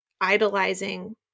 idolizing